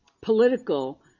political